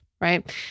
right